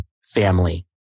family